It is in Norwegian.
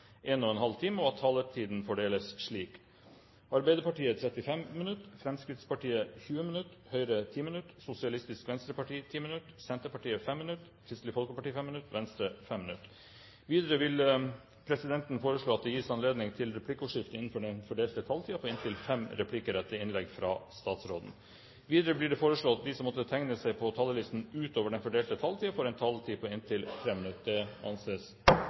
og at taletiden fordeles slik: Arbeiderpartiet 35 minutter, Fremskrittspartiet 20 minutter, Høyre 10 minutter, Sosialistisk Venstreparti 10 minutter, Senterpartiet 5 minutter, Kristelig Folkeparti 5 minutter og Venstre 5 minutter. Videre vil presidenten foreslå at det gis anledning til replikkordskifte på inntil fem replikker med svar etter innlegget fra statsråden innenfor den fordelte taletid. Videre blir det foreslått at de som måtte tegne seg på talerlisten utover den fordelte taletid, får en taletid på inntil 3 minutter. – Det anses